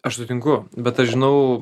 aš sutinku bet aš žinau